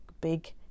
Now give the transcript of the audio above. big